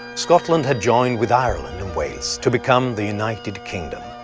scotland had joined with ireland and wales, to become the united kingdom.